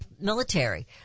military